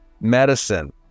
Medicine